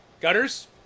Gutters